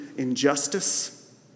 Injustice